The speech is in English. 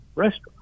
restaurant